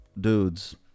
dudes